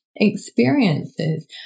experiences